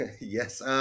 Yes